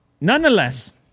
Nonetheless